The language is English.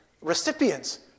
recipients